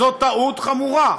זאת טעות חמורה.